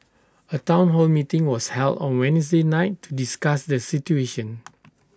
A Town hall meeting was held on Wednesday night to discuss the situation